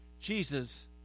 Jesus